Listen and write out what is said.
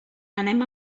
anem